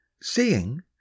seeing